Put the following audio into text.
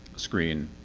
screen,